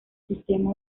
sistema